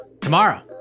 tomorrow